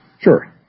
Sure